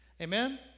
Amen